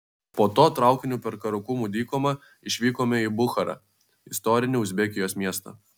po to traukiniu per karakumų dykumą išvykome į bucharą istorinį uzbekijos miestą